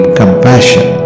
compassion